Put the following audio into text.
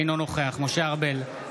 אינו נוכח משה ארבל,